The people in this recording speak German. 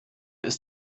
ist